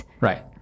Right